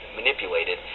manipulated